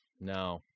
No